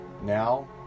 Now